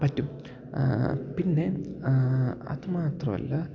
പറ്റും പിന്നെ അതുമാത്രമല്ല